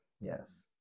Yes